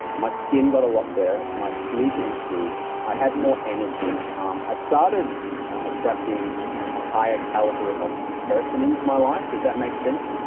my skin got a lot better, my sleep improved, i had more energy. um i started attracting a higher caliber of person into my life, if that makes sense.